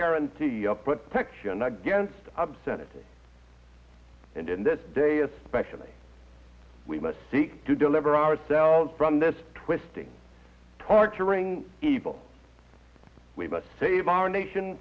guarantee but protection against obscenity and in this day especially we must seek to deliver ourselves from this twisting torturing evil we must save our nation